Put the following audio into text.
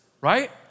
right